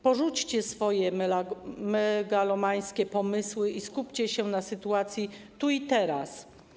Porzućcie swoje megalomańskie pomysły i skupcie się na sytuacji tu i teraz.